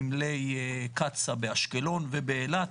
נמלי קצא"א באשקלון ובאילת,